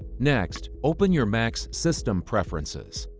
next, open your mac's system preferences.